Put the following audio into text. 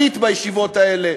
היית בישיבות האלה,